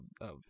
of-